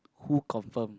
who confirm